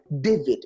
David